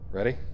Ready